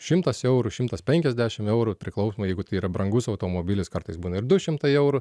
šimtas eurų šimtas penkiasdešim eurų priklausomai jeigu tai yra brangus automobilis kartais būna ir du šimtai eurų